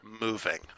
moving